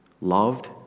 loved